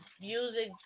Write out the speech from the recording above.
music